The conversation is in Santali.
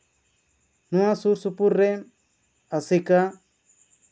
ᱱᱚᱶᱟ ᱥᱩᱨᱼᱥᱩᱯᱩᱨ ᱨᱮ ᱟᱥᱮᱠᱟ